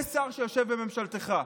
זה שר שיושב בממשלתך,